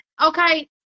okay